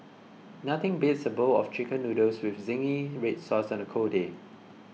nothing beats a bowl of Chicken Noodles with Zingy Red Sauce on a cold day